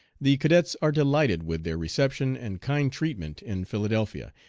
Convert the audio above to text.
the cadets are delighted with their reception and kind treatment in philadelphia,